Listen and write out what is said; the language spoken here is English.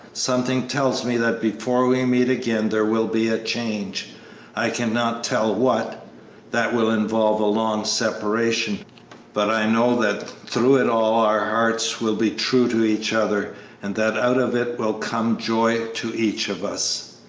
something tells me that before we meet again there will be a change i cannot tell what that will involve a long separation but i know that through it all our hearts will be true to each other and that out of it will come joy to each of us.